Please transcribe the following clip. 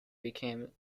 became